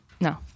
No